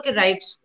rights